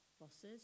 bosses